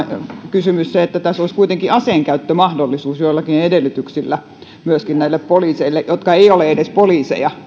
kysymys on se että tässä toiminnassa olisi kuitenkin aseenkäyttömahdollisuus joillakin edellytyksillä myöskin näille poliiseille jotka eivät ole edes poliiseja